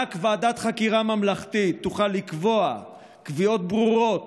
רק ועדת חקירה ממלכתית תוכל לקבוע קביעות ברורות